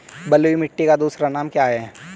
बलुई मिट्टी का दूसरा नाम क्या है?